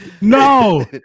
No